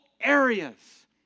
areas